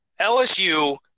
lsu